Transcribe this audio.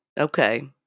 Okay